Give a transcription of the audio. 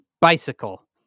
bicycle